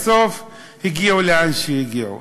בסוף הגיעו לאן שהגיעו.